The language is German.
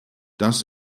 das